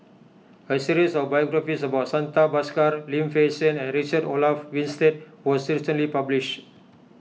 a series of biographies about Santha Bhaskar Lim Fei Shen and Richard Olaf Winstedt was recently published